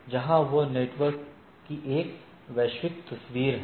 यहाँ यह नेटवर्क की एक वैश्विक तस्वीर है